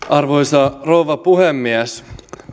arvoisa rouva puhemies